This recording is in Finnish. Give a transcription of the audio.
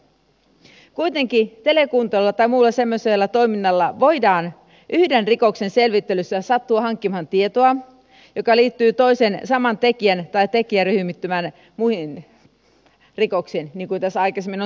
kuitenkin telekuuntelulla tai muulla semmoisella toiminnalla voidaan yhden rikoksen selvittelyssä sattua hankkimaan tietoa joka liittyy toiseen saman tekijän tai tekijäryhmittymän muihin rikoksiin niin kuin tässä aikaisemmin on tullut jo esille